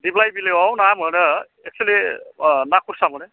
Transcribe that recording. दिब्लाइ बिलोआव ना मोनो एकसुलि ना खुरसा मोनो